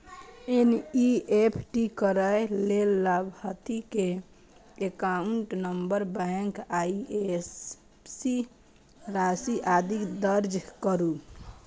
NEFT करै लेल लाभार्थी के एकाउंट नंबर, बैंक, आईएपएससी, राशि, आदि दर्ज करू